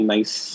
Nice